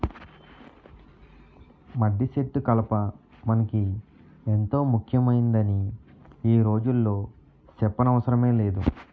మద్దిసెట్టు కలప మనకి ఎంతో ముక్యమైందని ఈ రోజుల్లో సెప్పనవసరమే లేదు